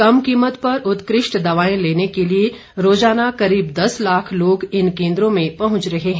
कम कीमत पर उत्कृष्ट दवाए लेने के लिए रोजाना करीब दस लाख लोग इन केंद्रों में पहुंच रहे हैं